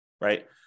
right